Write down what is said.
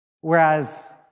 Whereas